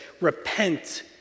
repent